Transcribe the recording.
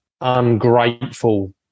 ungrateful